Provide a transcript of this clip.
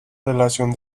relación